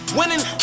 winning